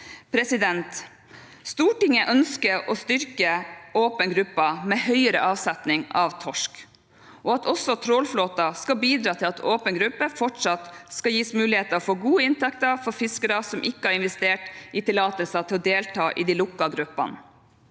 fiskeflåte. Stortinget ønsker å styrke åpen gruppe med høyere avsetning av torsk, og at også trålfåten skal bidra til at åpen gruppe fortsatt skal gi muligheter for gode inntekter for fiskere som ikke har investert i tillatelse til å delta i de lukkede gruppene.